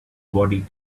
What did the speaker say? body